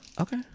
Okay